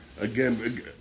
Again